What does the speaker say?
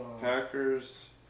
Packers